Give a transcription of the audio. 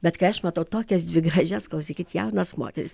bet kai aš matau tokias dvi gražias klausykit jaunas moteris